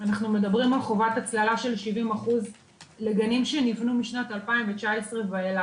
אנחנו מדברים על חובת הצללה של 70% לגנים שנבנו משנת 2019 ואילך.